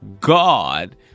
God